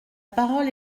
parole